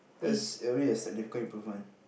that's already a significant improvement